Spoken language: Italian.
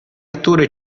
attore